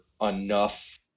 enough